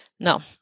no